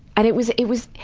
and it was, it was,